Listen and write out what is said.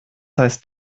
heißt